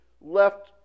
left